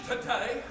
today